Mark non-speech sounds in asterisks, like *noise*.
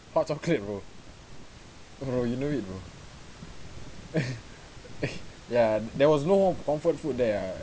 hot chocolate bro bro you knew it bro *laughs* ya there was no comfort food there ah